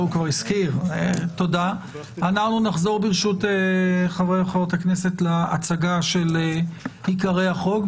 אנחנו נחזור ברשות חברי וחברות הכנסת להצגה של עיקרי החוק.